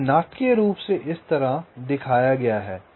यह नाटकीय रूप से इस तरह दिखाया गया है